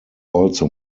also